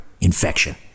infection